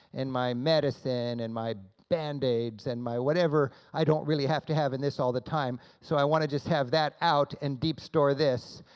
and my medicine and my band aids, and my whatever, i don't really have to have in this all the time, so i want to just have that out and deep store this.